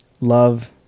love